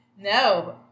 No